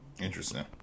Interesting